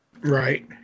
Right